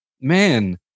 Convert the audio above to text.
man